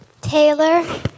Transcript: Taylor